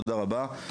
תודה רבה.